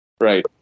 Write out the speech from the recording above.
right